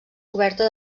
coberta